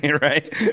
Right